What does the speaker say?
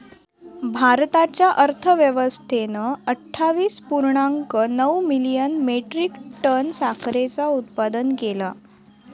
भारताच्या अर्थव्यवस्थेन अट्ठावीस पुर्णांक नऊ मिलियन मेट्रीक टन साखरेचा उत्पादन केला